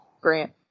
grant